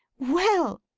well!